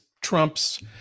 Trump's